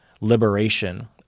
liberation